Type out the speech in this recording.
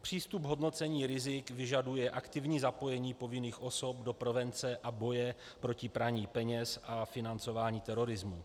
Přístup k hodnocení rizik vyžaduje aktivní zapojení povinných osob do prevence a boje proti praní peněz a financování terorismu.